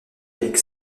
avec